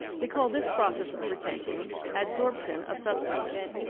we call this process of retention adsorption of substances.